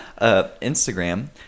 Instagram